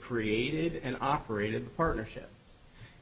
created and operated partnership